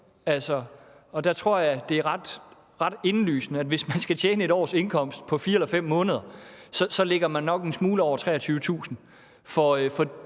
og der tror jeg, det er ret indlysende, at hvis man skal tjene 1 års indkomst på 4 eller 5 måneder, ligger man nok en smule over 23.000